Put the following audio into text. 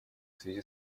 связи